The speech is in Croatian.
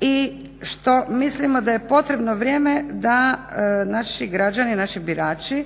i što mislimo da je potrebno vrijeme da naši građani, naši birači